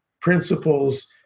principles